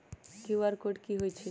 QR code कि हई छई?